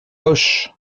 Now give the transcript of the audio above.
auch